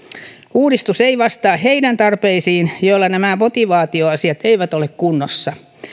uudistus ei vastaa niiden tarpeisiin joilla nämä motivaatioasiat eivät ole kunnossa